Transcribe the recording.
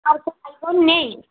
iPhone iPhone নেই